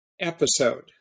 episode